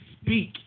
speak